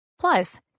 Plus